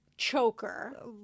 choker